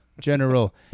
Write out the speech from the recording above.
General